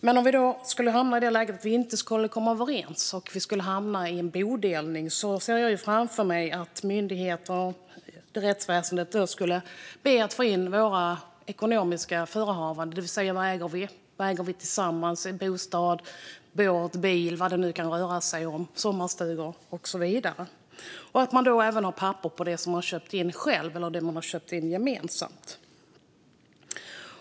Men om det skulle uppstå ett läge där vi inte kom överens och vi skulle hamna i bodelning ser jag framför mig att myndigheterna och rättsväsendet skulle be att få in våra ekonomiska förehavanden - vad vi äger och vad vi äger tillsammans av bostad, båt, bil, sommarstuga och vad det nu kan röra sig om - och att vi då även skulle ha papper på det vi köpt in själva och det vi köpt in gemensamt.